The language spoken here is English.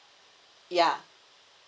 ya